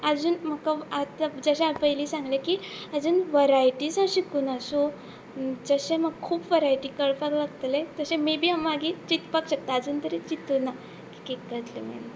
आजून म्हाका आतां जशें हांव पयली सांगले की आजून वरायटीस हांव शिकू ना सो जशे म्हाका खूब वरायटी कळपाक लागतले तशें मेबी हांव मागीर चितपाक शकता आजून तरी चितूं ना की करतले मेळून